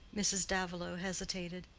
mrs. davilow hesitated.